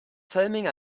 filming